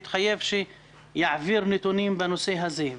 התחייב שיעביר נתונים בנושא הזה.